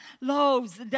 loaves